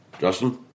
Justin